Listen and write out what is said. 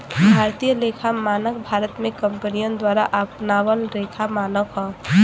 भारतीय लेखा मानक भारत में कंपनियन द्वारा अपनावल लेखा मानक हौ